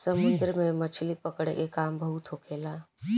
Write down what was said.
समुन्द्र में मछली पकड़े के काम बहुत होखेला